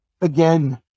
again